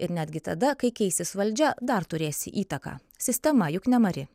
ir netgi tada kai keisis valdžia dar turės įtaką sistema juk nemari